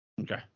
Okay